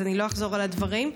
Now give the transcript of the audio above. אז לא אחזור על הדברים.